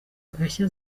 agashya